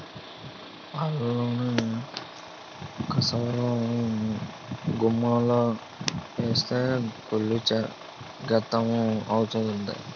సాలలోన కసవను గుమ్మిలో ఏస్తే కుళ్ళి గెత్తెము అవుతాది